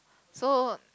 so